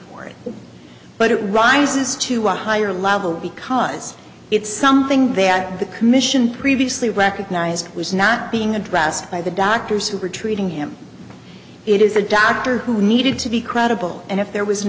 for it but it rises to higher level because it's something that the commission previously recognised was not being addressed by the doctors who were treating him it is a doctor who needed to be credible and if there was an